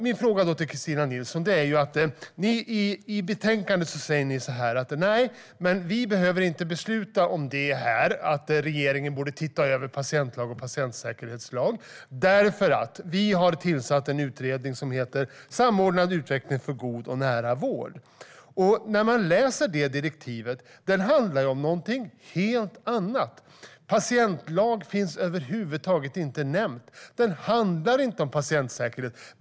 Min fråga till Kristina Nilsson handlar om att ni i betänkandet säger: Nej, vi behöver inte besluta om det här - alltså att regeringen borde se över patientlag och patientsäkerhetslag - eftersom vi har tillsatt en utredning som heter Samordnad utveckling för god och nära vård. Men det direktivet handlar ju om någonting helt annat. Patientlagen finns över huvud taget inte nämnd. Den utredningen handlar inte om patientsäkerhet.